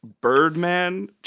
Birdman